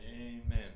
Amen